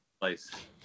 place